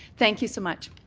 thank you so much.